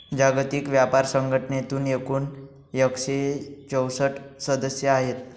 जागतिक व्यापार संघटनेत एकूण एकशे चौसष्ट सदस्य आहेत